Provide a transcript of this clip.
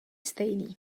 stejný